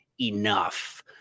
enough